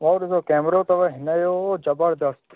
और केमरो अथव हिनजो जबरदस्त